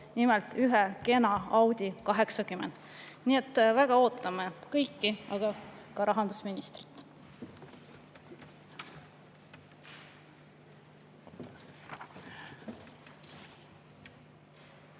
nimelt ühe kena Audi 80. Nii et väga ootame kõiki, ka rahandusministrit.